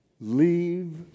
Leave